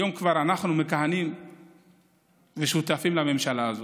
היום כבר אנחנו מכהנים ושותפים בממשלה הזאת.